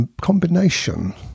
combination